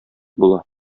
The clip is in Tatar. була